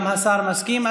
גם השר מסכים.